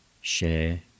share